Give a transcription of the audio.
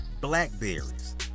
blackberries